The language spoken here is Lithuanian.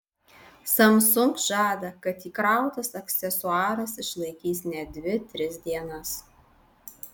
samsung žada kad įkrautas aksesuaras išlaikys net dvi tris dienas